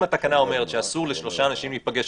אם התקנה אומרת שאסור לשלושה אנשים להיפגש,